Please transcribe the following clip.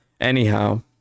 Anyhow